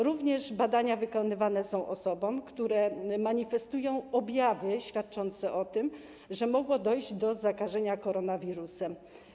Również badania wykonywane są osobom, które mają objawy świadczące o tym, że mogło dojść do zakażenia koronawirusem.